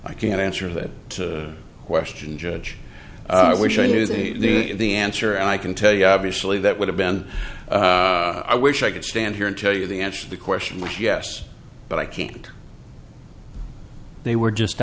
i can't answer that question judge i wish i knew the answer and i can tell you obviously that would have been i wish i could stand here and tell you the answer the question was yes but i can't they were just